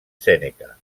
sèneca